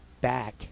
back